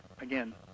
again